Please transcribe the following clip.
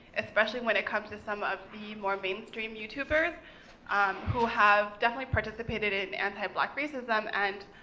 especially when it comes to some of the more mainstream youtubers um who have definitely participated in anti-black racism, and